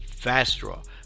FastDraw